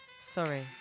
Sorry